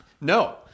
No